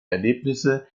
erlebnisse